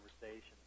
conversation